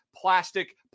plastic